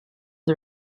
the